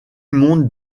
monde